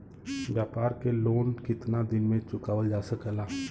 व्यापार के लोन कितना दिन मे चुकावल जा सकेला?